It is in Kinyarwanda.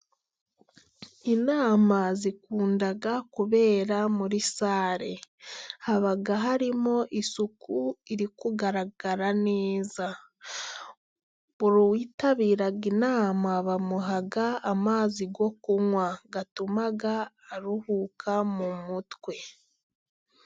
Inama zikunda kubera muri sale. Haba harimo isuku iri kugaragara neza , uwitabira inama bamuha amazi yo kunywa atuma aruhuka mu mutwe.